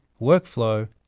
workflow